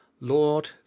lord